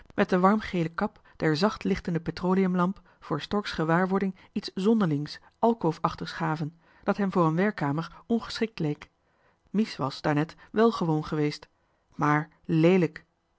met de warm gele kap der zacht lichtende petroleumlamp voor stork's gewaarwording iets zonderlings alkoofachtigs gaven dat hem voor een werkkamer ongeschikt leek mies was daarnet wèl gewoon geweest mààr leelijk